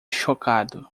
chocado